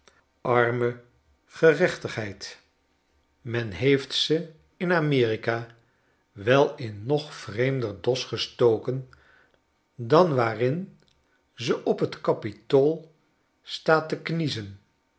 arme gerechtigheid men heeft ze in amerika wel in nog vreemder dos gestoken dan waarin ze op t kapitool staat tekniezen